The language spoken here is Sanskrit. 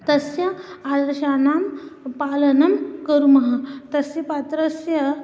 तस्य आदर्शानां पालनं कुर्मः तस्य पात्रस्य